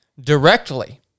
directly